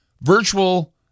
Virtual